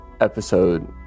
episode